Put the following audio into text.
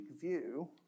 view